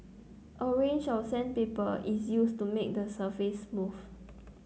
a range of sandpaper is used to make the surface smooth